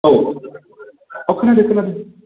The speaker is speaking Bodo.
औ औ खोनादों खोनादों